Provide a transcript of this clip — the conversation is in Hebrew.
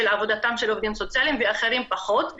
עבודתם של עובדים סוציאליים ואחרים פחות.